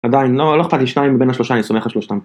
עדיין, לא אכפת לי שניים בין השלושה, אני סומך על שלושתם.